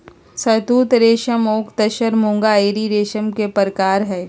शहतुत रेशम ओक तसर मूंगा एरी रेशम के परकार हई